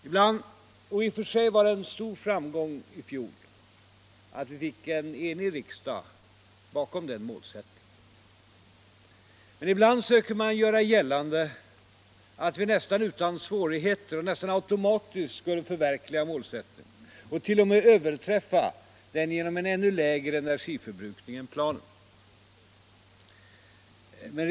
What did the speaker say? I och för sig var det en stor framgång i fjol att vi fick en enig riksdag bakom den målsättningen, men ibland söker man göra gällande att vi nästan utan svårigheter och nästan automatiskt skulle förverkliga målsättningen och t.o.m. överträffa den genom en ännu lägre energiförbrukning än enligt planen.